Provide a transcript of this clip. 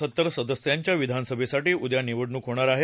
सत्तर सदस्यांच्या विधानसभेसाठी उद्या निवडणूक होणार आहे